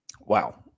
Wow